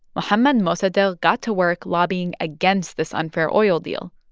mohammad mossadegh got to work lobbying against this unfair oil deal,